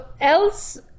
else